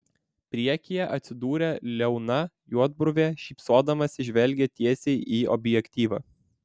priekyje atsidūrė liauna juodbruvė šypsodamasi žvelgė tiesiai į objektyvą